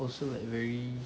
also like very